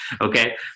Okay